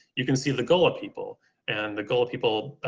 you can see the gulla people and the gulla people,